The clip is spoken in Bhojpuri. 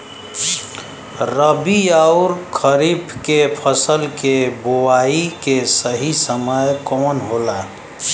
रबी अउर खरीफ के फसल के बोआई के सही समय कवन होला?